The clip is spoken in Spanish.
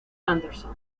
anderson